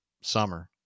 summer